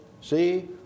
see